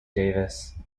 davis